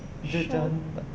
jejantas